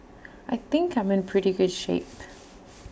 I think I'm in pretty good shape